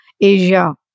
Asia